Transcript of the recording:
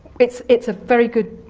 it's it's a very good.